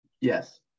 Yes